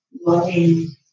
loving